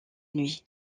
nuit